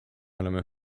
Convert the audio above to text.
oleme